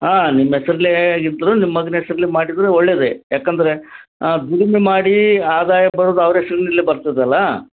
ಹಾಂ ನಿಮ್ಮ ಹೆಸ್ರಲ್ಲೆ ಇದ್ದರು ನಿಮ್ಮ ಮಗನ ಹೆಸ್ರಲ್ಲೆ ಮಾಡಿದರು ಒಳ್ಳೆಯದೆ ಯಾಕೆಂದ್ರೆ ದುಡಿಮೆ ಮಾಡಿ ಆದಾಯ ಬರೋದು ಅವ್ರ ಹೆಸ್ರನಿಲ್ಲೆ ಬರ್ತದಲ್ಲಾ